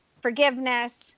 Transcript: forgiveness